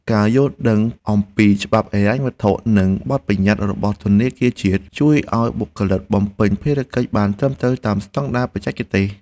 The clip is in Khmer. ការយល់ដឹងអំពីច្បាប់ហិរញ្ញវត្ថុនិងបទបញ្ញត្តិរបស់ធនាគារជាតិ ជួយឱ្យបុគ្គលិកបំពេញភារកិច្ចបានត្រឹមត្រូវតាមស្ដង់ដារបច្ចេកទេស។